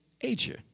Asia